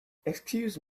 excuse